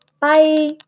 Bye